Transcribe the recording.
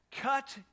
Cut